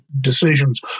decisions